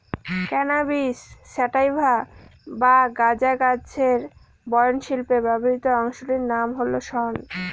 cannabis sativa বা গাঁজা গাছের বয়ন শিল্পে ব্যবহৃত অংশটির নাম হল শন